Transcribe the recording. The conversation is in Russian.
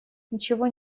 ничего